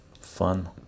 Fun